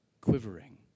quivering